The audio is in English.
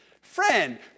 Friend